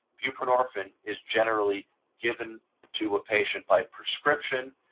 buprenorphine is generally given to a patient by prescription,